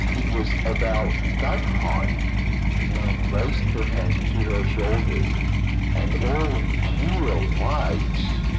it was about that high nan raised her hand to her shoulder and all pure white.